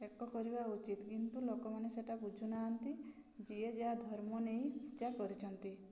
ଏକ କରିବା ଉଚିତ କିନ୍ତୁ ଲୋକମାନେ ସେଟା ବୁଝୁନାହାଁନ୍ତି ଯିଏ ଯାହା ଧର୍ମ ନେଇ ପୂଜା କରିଛନ୍ତି